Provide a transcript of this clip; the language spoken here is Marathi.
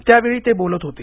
त्यावेळी ते बोलत होते